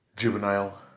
juvenile